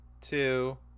two